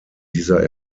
dieser